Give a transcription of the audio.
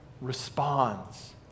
responds